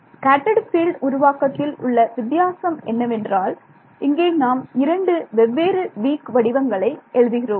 scattered field உருவாக்கத்தில் உள்ள வித்தியாசம் என்னவென்றால் இங்கே நாம் இரண்டு வெவ்வேறு வீக் வடிவங்களை எழுதுகிறோம்